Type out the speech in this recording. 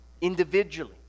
individually